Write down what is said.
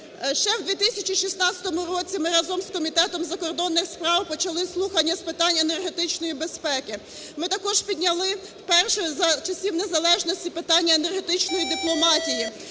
Ще у 2016 році ми разом з Комітетом закордонних справ почали слухання з питань енергетичної безпеки. Ми також підняли вперше за часів незалежності питання енергетичної дипломатії.